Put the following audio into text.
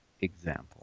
example